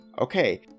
Okay